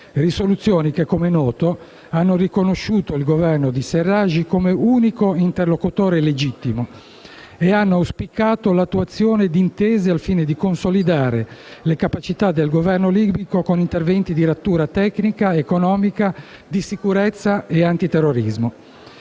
le quali - come è noto - hanno riconosciuto il Governo di al-Serraj come unico interlocutore legittimo e hanno auspicato l'attuazione di intese al fine di consolidare le capacità del Governo libico con interventi di natura tecnica, economica, di sicurezza e antiterrorismo.